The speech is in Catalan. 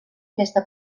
aquesta